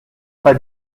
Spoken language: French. pas